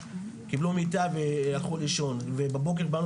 קיבלו מיטה והלכו לישון ובבוקר באנו